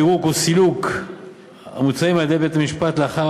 פירוק או סילוק המוצאים על-ידי בית-המשפט לאחר